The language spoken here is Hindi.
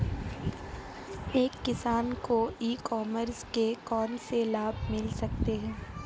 एक किसान को ई कॉमर्स के कौनसे लाभ मिल सकते हैं?